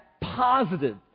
positive